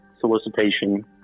solicitation